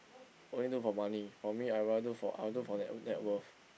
only do for money for me I rather for I'll do for net net worth